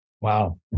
Wow